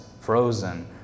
frozen